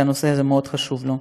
שהנושא הזה מאוד חשוב לו.